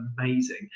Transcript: amazing